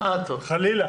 חלילה.